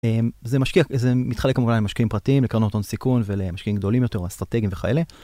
זה משקיע, זה מתחלק כמובן למשקיעים פרטיים, לקרנות עוד סיכון ולמשקיעים גדולים יותר, אסטרטגיים וכאלה.